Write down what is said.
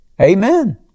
Amen